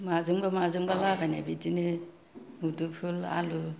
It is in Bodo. माजोंबा माजोंबा लागायनाय बिदिनो मुदुफुल आलु